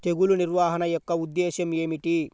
తెగులు నిర్వహణ యొక్క ఉద్దేశం ఏమిటి?